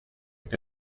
che